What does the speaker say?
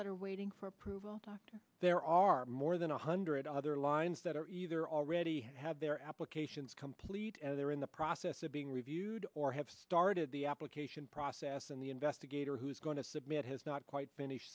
that are waiting for approval there are more than one hundred other lines that are either already have their applications complete they're in the process of being reviewed or have started the application process and the investigator who is going to submit has not quite finish